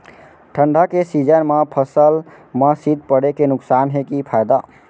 ठंडा के सीजन मा फसल मा शीत पड़े के नुकसान हे कि फायदा?